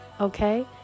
okay